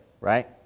right